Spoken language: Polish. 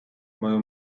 moją